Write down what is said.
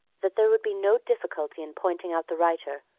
that there would be no difficulty in pointing out the writer,